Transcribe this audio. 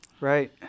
right